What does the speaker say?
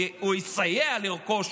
או אסייע לרכוש,